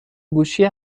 گوشی